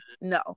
No